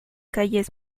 calles